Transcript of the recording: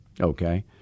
Okay